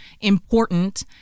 important